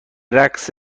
رقص